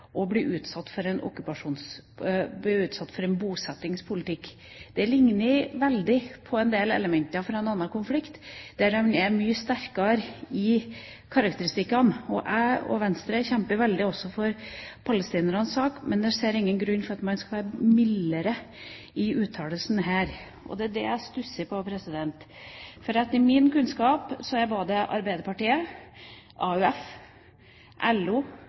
utsatt for en bosettingspolitikk. Det ligner veldig på en del elementer i en annen konflikt, der man er mye sterkere i karakteristikkene. Jeg og Venstre kjemper også veldig for palestinernes sak, men jeg ser ingen grunn til at man skal være mildere i uttalelsene her. Jeg stusser på: Etter min kunnskap velger alle, Arbeiderpartiet, AUF, LO, Senterpartiet, SV – ja, nærmere kommer man ikke Regjeringa – å bruke ordet «okkupasjon». Det er